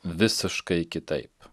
visiškai kitaip